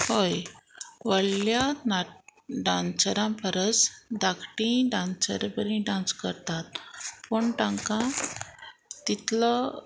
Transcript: हय व्हडल्या नाट डांसरां परस धाकटीं डांसर बरी डांस करतात पूण तांकां तितलो